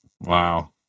Wow